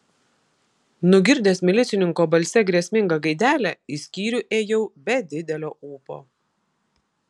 nugirdęs milicininko balse grėsmingą gaidelę į skyrių ėjau be didelio ūpo